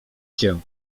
cię